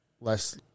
less